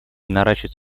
наращивать